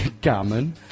Gammon